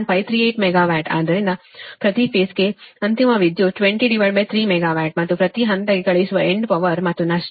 538 megawatt ಆದ್ದರಿಂದ ಪ್ರತಿ ಫೇಸ್ಗೆ ಅಂತಿಮ ವಿದ್ಯುತ್ 203 ಮೆಗಾವ್ಯಾಟ್ ಮತ್ತು ಪ್ರತಿ ಹಂತಕ್ಕೆ ಕಳುಹಿಸುವ ಎಂಡ್ ಪವರ್ ಮತ್ತು ನಷ್ಟ 203 0